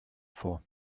vor